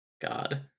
God